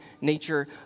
nature